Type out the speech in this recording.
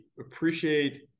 appreciate